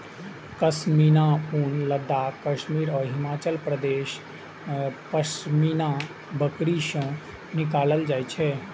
पश्मीना ऊन लद्दाख, कश्मीर आ हिमाचल प्रदेशक पश्मीना बकरी सं निकालल जाइ छै